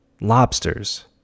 lobsters